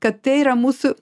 kad tai yra mūsų